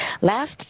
Last